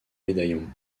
médaillons